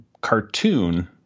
cartoon